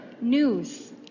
news